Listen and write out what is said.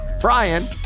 Brian